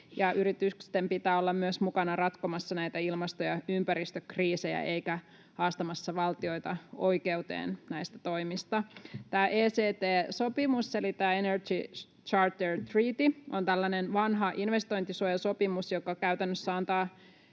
yritysten pitää olla myös mukana ratkomassa näitä ilmasto- ja ympäristökriisejä eikä haastamassa valtioita oikeuteen näistä toimista. Tämä ECT-sopimus eli Energy Charter Treaty on tällainen vanha investointisuojasopimus, joka käytännössä antaa